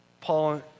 Paul